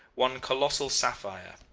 one colossal sapphire,